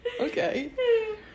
okay